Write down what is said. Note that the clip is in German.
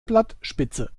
blattspitze